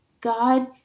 God